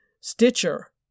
Stitcher